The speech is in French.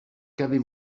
qu’avez